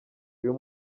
uyu